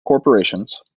corporations